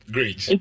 Great